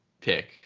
pick